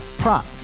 prop